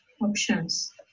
options